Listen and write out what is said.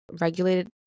regulated